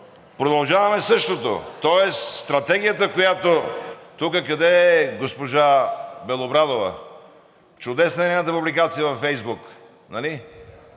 продължаваме същото, тоест стратегията, която тук… Къде е госпожа Белобрадова? Чудесна е нейната публикация във Фейсбук, нали?